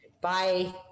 Bye